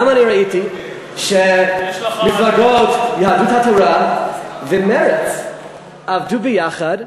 גם ראיתי שמפלגות יהדות התורה ומרצ עבדו יחד,